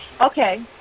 okay